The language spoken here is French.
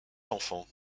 enfants